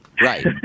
Right